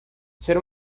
ser